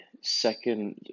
second